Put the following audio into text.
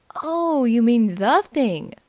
oh, you mean the thing?